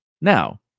Now